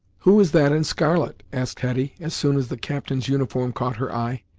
who is that in scarlet? asked hetty, as soon as the captain's uniform caught her eye.